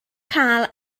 cael